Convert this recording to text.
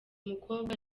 mukobwa